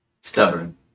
Stubborn